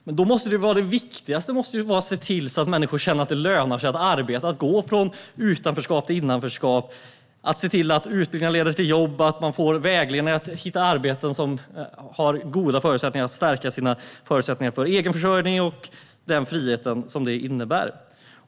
Men då måste det viktiga vara att se till att människor känner att det lönar sig att arbeta, att gå från utanförskap till innanförskap, att utbildningarna leder till jobb och att man får vägledning för att hitta ett arbete som har goda förutsättningar att stärka förutsättningarna för egenförsörjning med den frihet som det innebär.